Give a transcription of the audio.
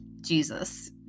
Jesus